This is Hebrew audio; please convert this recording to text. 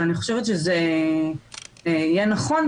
ואני חושבת שזה יהיה נכון,